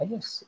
Yes